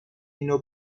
اینو